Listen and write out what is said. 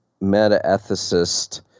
meta-ethicist